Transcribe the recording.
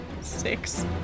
Six